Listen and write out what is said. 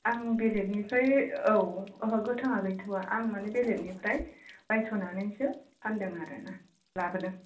आं बेलेगनिफ्राय औ ओहो गोथाङा गैथ'आ आं माने बेलेगनिफ्राय बायस'नानैसो फानदों आरोना लाबोदों